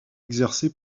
exercée